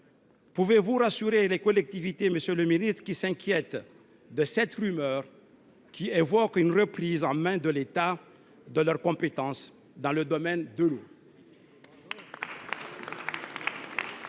Pouvez vous rassurer les collectivités locales, qui s’inquiètent de certaines rumeurs évoquant une reprise en main par l’État de leurs compétences dans le domaine de l’eau ?